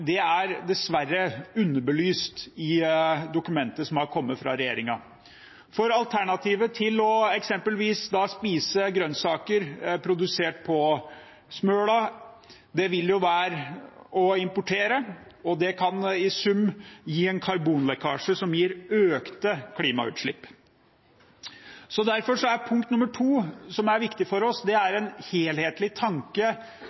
det poenget er dessverre underbelyst i dokumentet som har kommet fra regjeringen. Alternativet til å spise grønnsaker produsert f.eks. på Smøla, vil være å importere, og det kan i sum gi en karbonlekkasje som gir økte klimautslipp. Derfor er punkt nummer to som er viktig for oss, at vi har en helhetlig tanke knyttet til det vi kan si er